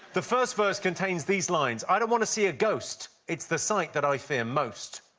the first verse contains these lines. i don't want to see a ghost, it's the sight that i fear most.